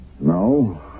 No